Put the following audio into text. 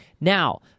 Now